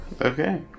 okay